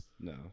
No